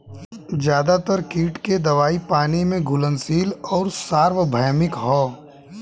ज्यादातर कीट के दवाई पानी में घुलनशील आउर सार्वभौमिक ह?